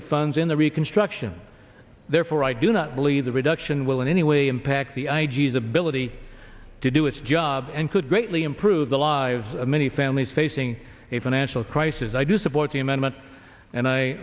of funds in the reconstruction therefore i do not believe the reduction will in any way impact the i g f ability to do its job and could greatly improve the lives of many families facing a financial crisis i do support the amendment and i